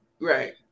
right